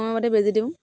সময়মতে বেজী দিওঁ